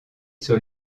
sur